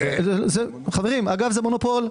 אגב זה מונופול.